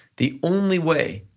the only way,